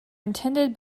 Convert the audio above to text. intended